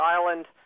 Island